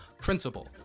principle